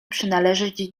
przynależeć